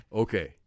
okay